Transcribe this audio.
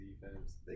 defense